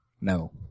no